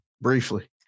Briefly